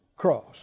cross